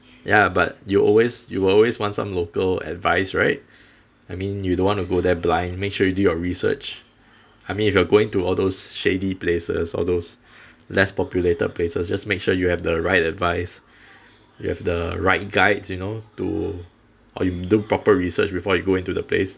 ya but you always you always want some local advice right I mean you don't want to go there blind make sure you do your research I mean if you are going to all those shady places all those less populated places just make sure you have the right advice you have the right guides you know to or you do proper research before you go into the place